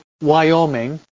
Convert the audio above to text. Wyoming